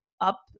up